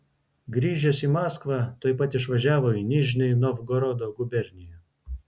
grįžęs į maskvą tuoj pat išvažiavo į nižnij novgorodo guberniją